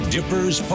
Dippers